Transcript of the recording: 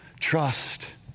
Trust